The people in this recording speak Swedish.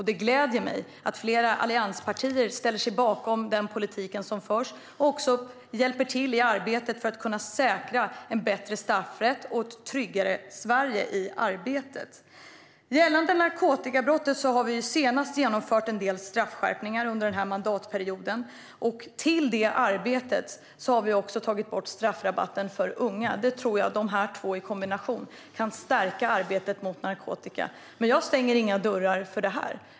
Det gläder mig att flera allianspartier ställer sig bakom den politik som förs och hjälper till i arbetet för att säkra en bättre straffrätt och ett tryggare Sverige. Gällande narkotikabrotten har vi genomfört en del straffskärpningar under den här mandatperioden. Vi har också tagit bort straffrabatten för unga. Dessa två åtgärder i kombination tror jag kan stärka arbetet mot narkotika. Men jag stänger inga dörrar här.